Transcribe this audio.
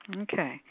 Okay